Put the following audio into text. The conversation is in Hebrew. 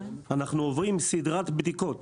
אנחנו עוברים סדרת בדיקות